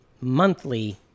monthly